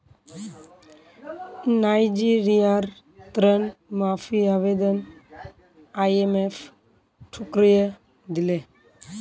नाइजीरियार ऋण माफी आवेदन आईएमएफ ठुकरइ दिले